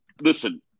listen